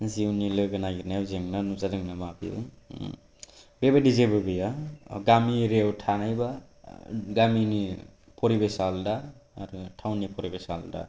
जिउनि लोगो नागिरनायाव जेंना नुजादों ना मा बियो बेबादि जेबो गैया गामि एरियायाव थानाय बा गामिनि परिबेस आ आलदा आरो टाउननि परिबेश आ आलदा